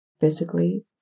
physically